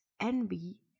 envy